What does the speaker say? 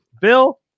Bill